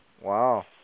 wow